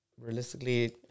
realistically